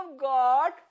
God